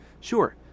Sure